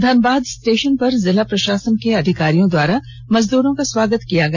Dhanbad station पर जिला प्रषासन के अधिकारियों द्वारा मजदूरों का स्वागत किया गया